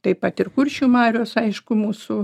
taip pat ir kuršių marios aišku mūsų